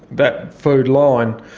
that food line,